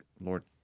Lord